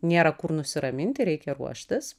nėra kur nusiraminti reikia ruoštis